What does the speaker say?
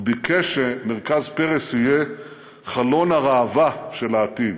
הוא ביקש שמרכז פרס יהיה חלון הראווה של העתיד.